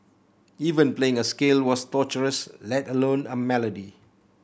even playing a scale was torturous let alone a melody